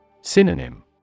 Synonym